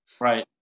Right